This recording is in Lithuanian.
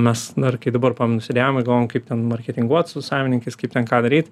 mes dar kai dabar sėdėjom ir galvojom kaip ten marketinguot su savininkais kaip ten ką daryt